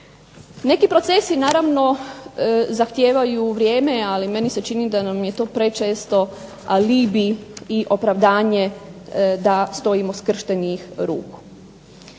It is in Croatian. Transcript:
Neki procesi naravno zahtijevaju u vrijeme, ali meni se čini da nam je to prečesto alibi i opravdanje da stojimo skrštenih ruku.